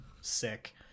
sick